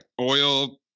oil